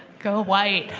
go white.